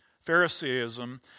Phariseeism